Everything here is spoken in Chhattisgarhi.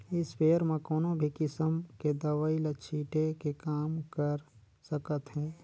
इस्पेयर म कोनो भी किसम के दवई ल छिटे के काम कर सकत हे